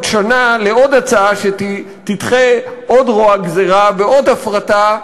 שנה לעוד הצעה שתדחה עוד רוע גזירה ועוד הפרטה,